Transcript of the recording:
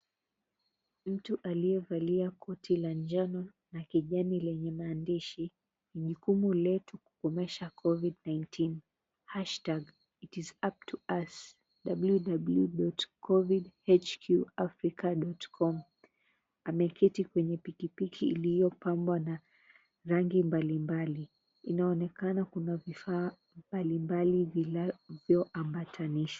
Mtu aliyevalia koti la njano na kijani lenye maandishi, "Ni jukumu letu kukomesha covid-19,#It is up to us, www.covid-hqafrica.com", ameketi kwenye pikipiki iliyopambwa na rangi mbalimbali. Inaonekana kuna vifaa mbalimbali vinavyoambatanishwa.